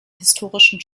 historischen